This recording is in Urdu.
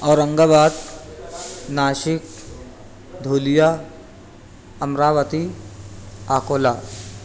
اورنگ آباد ناسک دھولیہ امراوتی آکولہ